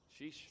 Sheesh